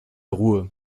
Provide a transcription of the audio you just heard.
ruhe